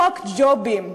חוק ג'ובים.